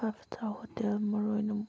five star hotel ꯃꯔꯨꯑꯣꯏꯅ